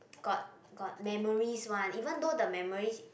got got memories one even though the memories